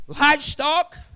livestock